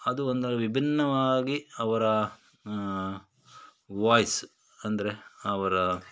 ಅದು ಒಂದು ವಿಭಿನ್ನವಾಗಿ ಅವರ ವಾಯ್ಸ್ ಅಂದರೆ ಅವರ